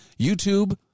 YouTube